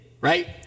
right